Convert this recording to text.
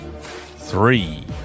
three